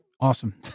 Awesome